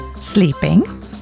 sleeping